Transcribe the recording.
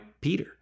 Peter